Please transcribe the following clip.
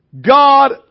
God